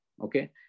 Okay